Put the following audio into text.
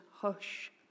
hush